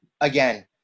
again